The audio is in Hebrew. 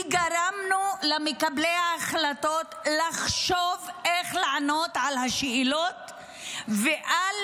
כי גרמנו למקבלי ההחלטות לחשוב איך לענות על השאלות ועל